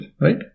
right